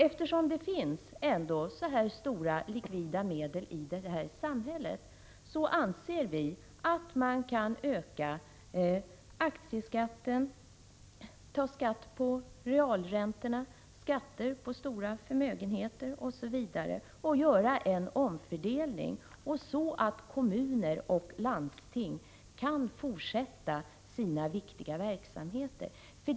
Eftersom det ändå finns så stora likvida medel i samhället anser vi att man kan öka aktieskatten, ta skatt på realräntorna, lägga skatter på stora förmögenheter osv. och göra en omfördelning, så att kommuner och landsting kan fortsätta sina viktiga verksamheter.